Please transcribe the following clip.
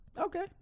Okay